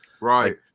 right